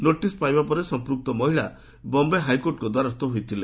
notice ପାଇବା ପରେ ସଂପୃକ୍ତ ମହିଳା ବମ୍ଭେ ହାଇକୋର୍ଟଙ୍କ ଦ୍ୱାରସ୍ଥ ହୋଇଥିଲେ